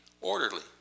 orderly